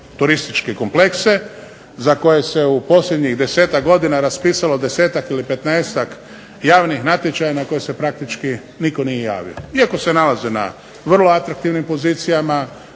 turističke komplekse za koje se u posljednjih desetak godina raspisalo desetak ili petnaestak javnih natječaja na koje se praktički nitko nije javio iako se nalaze na vrlo atraktivnim pozicijama,